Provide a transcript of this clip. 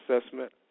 assessment